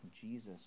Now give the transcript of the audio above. Jesus